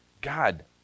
God